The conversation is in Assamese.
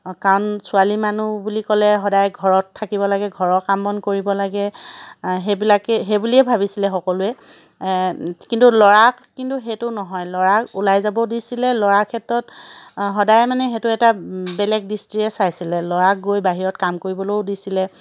কাৰণ ছোৱালী মানুহ বুলি ক'লে সদায় ঘৰত থাকিব লাগে ঘৰৰ কাম বন কৰিব লাগে সেইবিলাকে সেইবুলিয়ে ভাবিছিলে সকলোৱে কিন্তু ল'ৰাক কিন্তু সেইটো নহয় ল'ৰাক ওলাই যাবও দিছিলে ল'ৰাৰ ক্ষেত্ৰত সদায় মানে সেইটো এটা বেলেগ দৃষ্টিৰে চাইছিলে ল'ৰা গৈ বাহিৰত কাম কৰিবলৈও দিছিলে